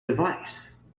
advice